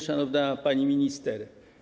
Szanowna Pani Minister!